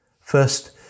First